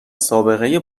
سابقه